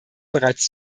bereits